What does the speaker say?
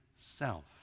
self